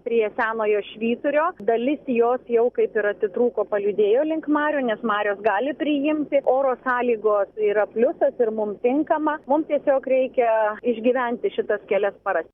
prie senojo švyturio dalis jos jau kaip ir atitrūko pajudėjo link marių nes marios gali priimti oro sąlygos yra pliusas ir mum tinkama mum tiesiog reikia išgyventi šitas kelias paras